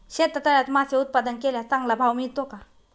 शेततळ्यात मासे उत्पादन केल्यास चांगला भाव मिळतो का?